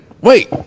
Wait